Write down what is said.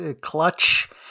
clutch